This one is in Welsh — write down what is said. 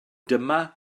dyma